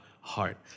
heart